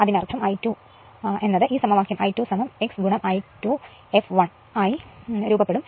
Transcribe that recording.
അതിനാൽ I2 അതിനാൽ ഈ സമവാക്യം I2 x I2 fl ആയി രൂപപ്പെടുത്തുക